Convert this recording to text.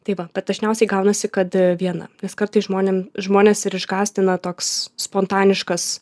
tai va bet dažniausiai gaunasi kad viena nes kartais žmonėm žmones ir išgąsdina toks spontaniškas